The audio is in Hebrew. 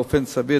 באופן סביר,